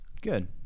good